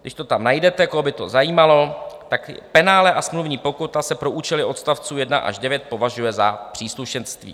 Když to tam najdete, koho by to zajímalo, penále a smluvní pokuta se pro účely odstavců 1 až 9 považuje za příslušenství.